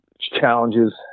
challenges